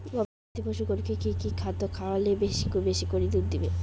গবাদি পশু গরুকে কী কী খাদ্য খাওয়ালে বেশী বেশী করে দুধ দিবে?